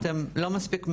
אתן לא מספיק מבינות.."